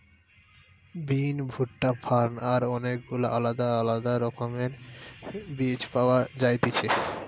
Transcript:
বিন, ভুট্টা, ফার্ন আর অনেক গুলা আলদা আলদা রকমের বীজ পাওয়া যায়তিছে